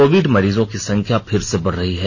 Covid मरीजों की संख्या फिर से बढ़ रही है